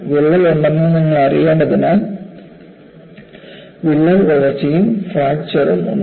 വിള്ളൽ ഉണ്ടെന്ന് നിങ്ങൾ അറിയേണ്ടതിനാൽ വിള്ളൽ വളർച്ചയും ഫ്രാക്ചർ ഉം ഉണ്ട്